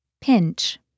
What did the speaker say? Pinch